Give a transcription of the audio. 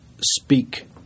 speak